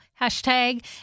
hashtag